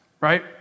right